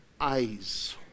eyes